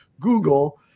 Google